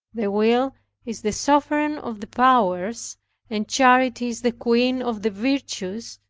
the will is the sovereign of the powers and charity is the queen of the virtues,